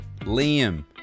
Liam